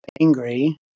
angry